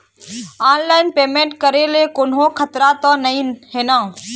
Online payment करे ले कोन्हो खतरा त नई हे न?